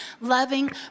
loving